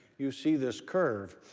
you see this curve.